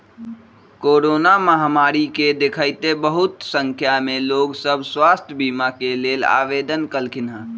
corona महामारी के देखइते बहुते संख्या में लोग सभ स्वास्थ्य बीमा के लेल आवेदन कलखिन्ह